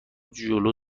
جلو